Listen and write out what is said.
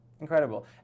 Incredible